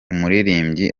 umuririmbyi